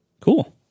Cool